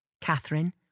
Catherine